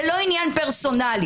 זה לא עניין פרסונלי.